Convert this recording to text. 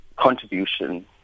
contribution